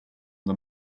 the